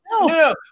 no